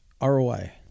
ROI